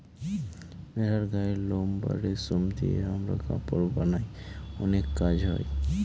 ভেড়ার গায়ের লোম বা রেশম দিয়ে আমরা কাপড় বানায় অনেক কাজ হয়